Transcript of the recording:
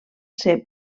ser